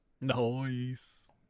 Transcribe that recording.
Nice